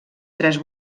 tres